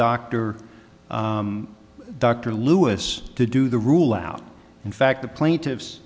doctor dr lewis to do the rule out in fact the plaintiffs